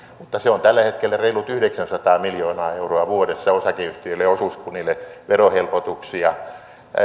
mutta se on tällä hetkellä reilut yhdeksänsataa miljoonaa euroa vuodessa osakeyhtiöille ja osuuskunnille verohelpotuksia